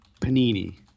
panini